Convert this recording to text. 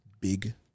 big